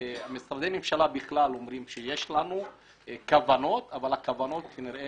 משרדי ממשלה בכלל אומרים שיש להם כוונות אבל הכוונות כנראה